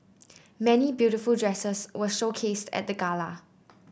many beautiful dresses were showcased at the Gala